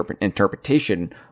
interpretation